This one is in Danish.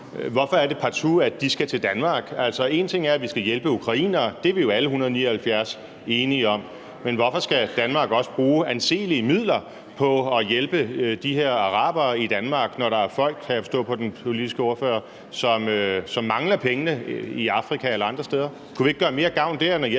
Hvorfor er det partout, at de skal til Danmark? Altså, en ting er, at vi skal hjælpe ukrainere – det er vi alle 179 jo enige om – men hvorfor skal Danmark også bruge anselige midler på at hjælpe de her arabere i Danmark, når der er folk, kan jeg forstå på den politiske ordfører, som mangler pengene i Afrika eller andre steder? Kunne vi ikke gøre mere gavn dér end at hjælpe